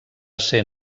ser